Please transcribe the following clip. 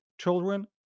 children